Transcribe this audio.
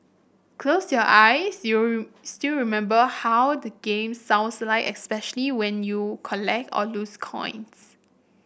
close your eyes you'll still remember how the game sounds like especially when you collect or lose coins